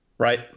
Right